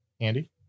Andy